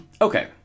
Okay